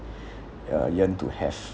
uh yearn to have